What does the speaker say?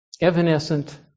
Evanescent